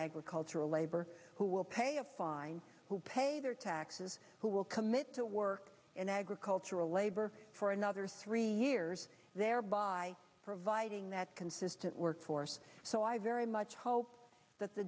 agricultural laborer who will pay a fine who pay their taxes who will commit to work in agricultural labor for another three years thereby providing that consistent workforce so i very much hope that the